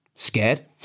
scared